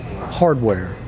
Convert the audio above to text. hardware